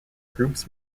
groups